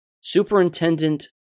Superintendent